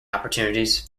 opportunities